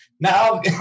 now